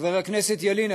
חבר הכנסת ילין,